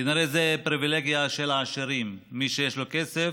כנראה זו פריבילגיה של עשירים, מי שיש לו כסף,